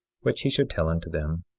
which he should tell unto them.